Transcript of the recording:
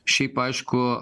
šiaip aišku